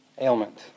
ailment